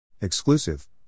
Exclusive